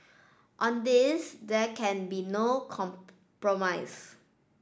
on this there can be no compromise